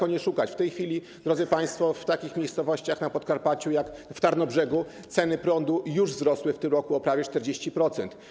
By nie szukać daleko: w tej chwili, drodzy państwo, w takich miejscowościach na Podkarpaciu jak Tarnobrzeg ceny prądu już wzrosły w tym roku o prawie 40%.